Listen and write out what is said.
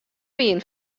wienen